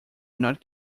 not